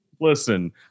Listen